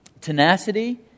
tenacity